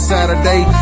Saturday